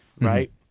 right